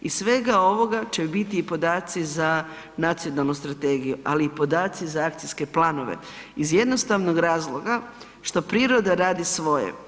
Iz svega ovoga će biti i podaci za Nacionalnu strategiju ali i podaci za akcijske planove iz jednostavnog razloga što priroda radi svoje.